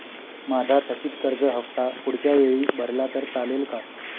माझा थकीत कर्ज हफ्ता पुढच्या वेळी भरला तर चालेल का?